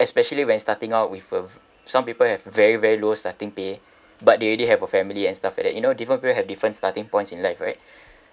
especially when starting out with uh some people have very very low starting pay but they already have a family and stuff like that you know different people have different starting points in life right